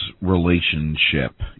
relationship